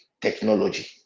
technology